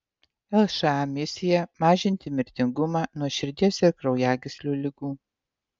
lša misija mažinti mirtingumą nuo širdies ir kraujagyslių ligų